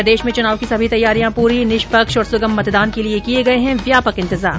प्रदेश में चुनाव की सभी तैयारियां पूरी निष्पक्ष और सुगम मतदान के लिए किए गए है व्यापक इन्तजाम